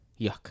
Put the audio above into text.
Yuck